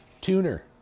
tuner